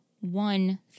One